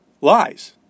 lies